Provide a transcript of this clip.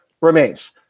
remains